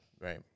Right